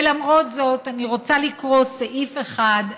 ולמרות זאת אני רוצה לקרוא סעיף אחד,